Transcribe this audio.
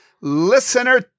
listener